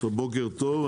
בוקר טוב,